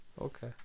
Okay